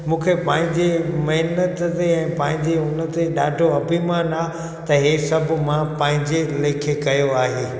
मूंखे पंहिंजे महिनत ते ऐं पंहिंजे हुन ते ॾाढो अभिमानु आहे त इहे सभु मां पंहिंजे लेखे कयो आहे